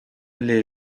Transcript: les